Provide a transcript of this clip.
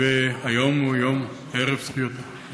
היום הוא יום זכויות האדם?